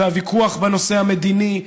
והוויכוח בנושא המדיני,